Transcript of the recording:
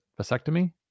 vasectomy